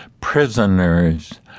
prisoners